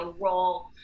role